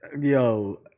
Yo